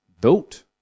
built